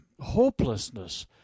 hopelessness